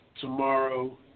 tomorrow